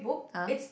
!huh!